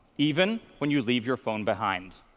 even when you leave your phone behind.